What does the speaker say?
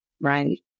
Right